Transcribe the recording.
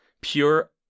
pure